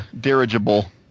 dirigible